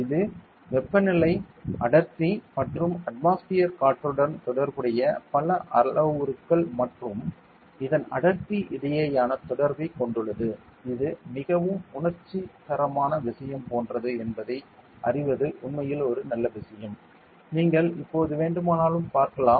இது வெப்பநிலை அடர்த்தி மற்றும் அட்மாஸ்பியர் காற்றுடன் தொடர்புடைய பல அளவுருக்கள் மற்றும் இதன் அடர்த்தி இடையேயான தொடர்பைக் கொண்டுள்ளது இது மிகவும் உணர்ச்சிகரமான விஷயம் போன்றது என்பதை அறிவது உண்மையில் ஒரு நல்ல விஷயம் நீங்கள் எப்போது வேண்டுமானாலும் பார்க்கலாம்